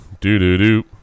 Do-do-do